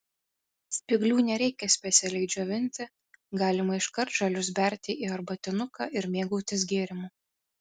spyglių nereikia specialiai džiovinti galima iškart žalius berti į arbatinuką ir mėgautis gėrimu